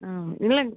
இல்லைங்க